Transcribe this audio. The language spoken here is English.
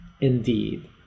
Indeed